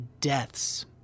deaths